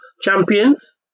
champions